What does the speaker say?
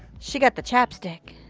she got the chap stick.